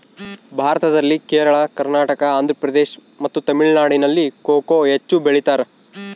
ಭಾರತದಲ್ಲಿ ಕೇರಳ, ಕರ್ನಾಟಕ, ಆಂಧ್ರಪ್ರದೇಶ್ ಮತ್ತು ತಮಿಳುನಾಡಿನಲ್ಲಿ ಕೊಕೊ ಹೆಚ್ಚು ಬೆಳಿತಾರ?